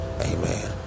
amen